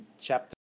chapter